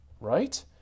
right